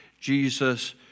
Jesus